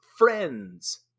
friends